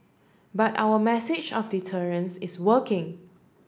but our message of deterrence is working